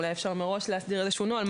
אולי אפשר להסדיר מראש איזה שהוא נוהל,